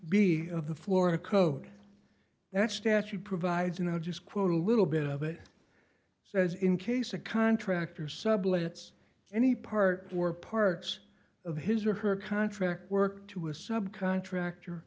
b of the florida code that statute provides you know just quote a little bit of it says in case a contractor sublets any part or parts of his or her contract work to a subcontractor